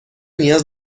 نیاز